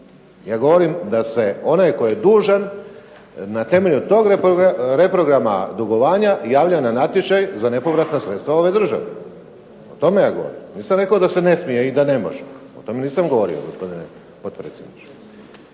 Ja govorim da se onaj koji je dužan na temelju tog reprograma dugovanja javlja na natječaj za nepovratna sredstva u ovoj državi. O tome ja govorim. Nisam rekao da se ne smije i da ne može. O tome nisam govorio, gospodine